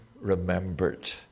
remembered